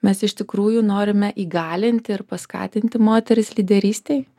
mes iš tikrųjų norime įgalinti ir paskatinti moteris lyderystei